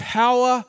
power